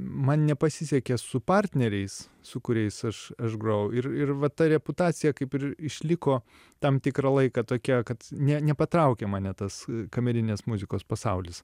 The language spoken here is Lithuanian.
man nepasisekė su partneriais su kuriais aš aš grojau ir ir va ta reputacija kaip ir išliko tam tikrą laiką tokia kad ne nepatraukė mane tas kamerinės muzikos pasaulis